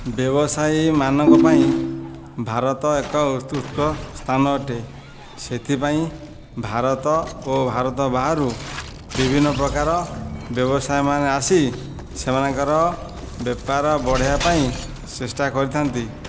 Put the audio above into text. ବ୍ୟବସାୟୀ ମାନଙ୍କ ପାଇଁ ଭାରତ ଏକ ଉତ୍କୃଷ୍ଟ ସ୍ଥାନ ଅଟେ ସେଥିପାଇଁ ଭାରତ ଓ ଭାରତ ବାହାରୁ ବିଭିନ୍ନ ପ୍ରକାର ବ୍ୟବସାୟ ମାନେ ଆସି ସେମାନଙ୍କର ବେପାର ବଢ଼େଇବା ପାଇଁ ଚେଷ୍ଟା କରିଥାନ୍ତି